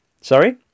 sorry